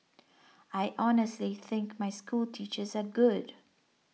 I honestly think my schoolteachers are good